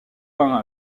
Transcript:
peints